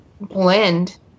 blend